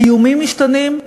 האיומים משתנים,